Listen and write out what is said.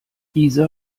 isa